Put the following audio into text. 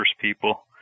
people